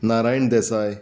Narayan Desai